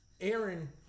Aaron